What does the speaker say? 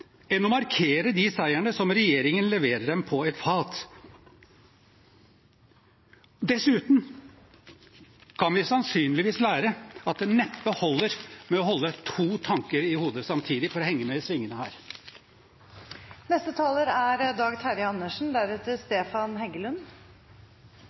enn å markere de seirene som regjeringen leverer dem på et fat. Dessuten kan vi sannsynligvis lære at det neppe holder å holde to tanker i hodet samtidig for å henge med i svingene her. Jeg har med interesse fulgt denne debatten og sittet og tenkt at dette er en trist dag,